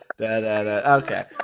okay